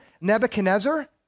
Nebuchadnezzar